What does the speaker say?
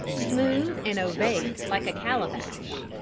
smooth and ovate like a calabash,